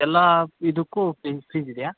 ಎಲ್ಲ ಇದಕ್ಕೂ ಫೀಸ್ ಇದೆಯಾ